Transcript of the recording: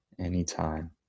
anytime